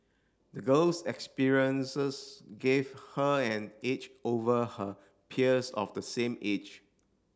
the girl's experiences gave her an edge over her peers of the same age